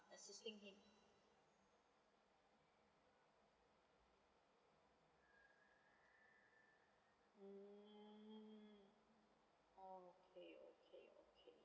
assisting him mm okay okay okay